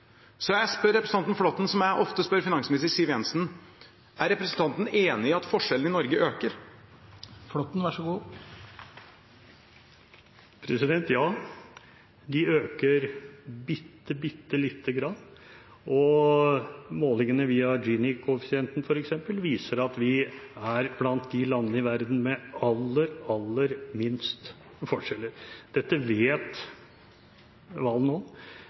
Så jeg spør representanten Flåtten, som jeg ofte spør finansminister Siv Jensen: Er representanten enig i at forskjellene i Norge øker? Ja, de øker bitte bitte lite grann. Målingene via Gini-koeffisienten, f.eks., viser at vi er blant landene i verden med aller, aller minst forskjeller. Dette vet